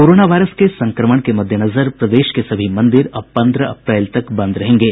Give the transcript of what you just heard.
corona virus के संक्रमण के मद्देनजर प्रदेश के सभी मंदिर अब पंद्रह अप्रैल तक बंद रहेंगे